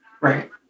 Right